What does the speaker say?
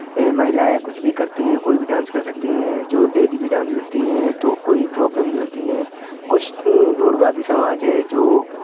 है महिलाएं कुछ भी करती हैं कोई भी डांस कर सकती हैं जो डेली भी डांस करती हैं तो कोई प्रोब्लम नहीं होती हैं कुछ रूढ़िवादी समाज है जो